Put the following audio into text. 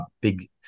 big